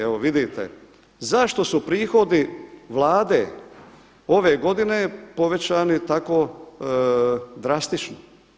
Evo vidite zašto su prihodi Vlade ove godine povećani tako drastično.